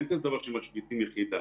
אין כזה דבר שמשביתים יחידה.